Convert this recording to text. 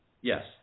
Yes